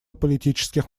политических